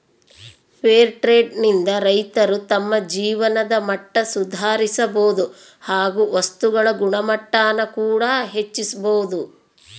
fair trade ನಿಂದ ರೈತರು ತಮ್ಮ ಜೀವನದ ಮಟ್ಟ ಸುಧಾರಿಸಬೋದು ಹಾಗು ವಸ್ತುಗಳ ಗುಣಮಟ್ಟಾನ ಕೂಡ ಹೆಚ್ಚಿಸ್ಬೋದು